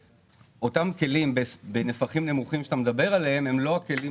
אותם כלים בנפחים נמוכים שאתה מדבר עליהם הם לא הכלים